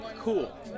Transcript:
Cool